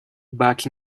back